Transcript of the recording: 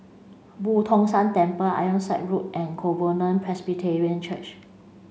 Boo Tong San Temple Ironside Road and Covenant Presbyterian Church